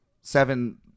seven